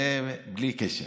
זה בלי קשר.